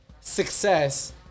success